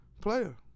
player